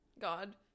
God